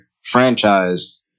franchise